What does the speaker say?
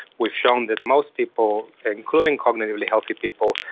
we've shown that most people including cognitively healthy people,